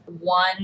One